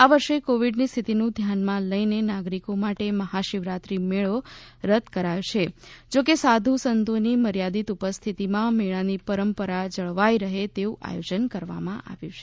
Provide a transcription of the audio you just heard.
આ વર્ષે કોવિડની સ્થિતીનું ધ્યાનમાં લઈને નાગરિકો માટે મહા શિવરાત્રી મેળી રદ્દ કરાયો છે જો કે સાધુ સંતોની મર્યાદિત ઉપસ્થિતીમાં મેળાની પરંપરા જળવાઈ રહે તેવું આયોજન કરવામાં આવ્યું છે